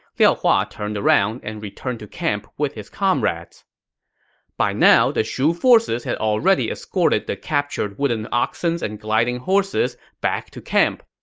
liao hua turned around and returned to camp with his comrades by now, the shu forces had already escorted the captured wooden oxens and gliding horses back to camp.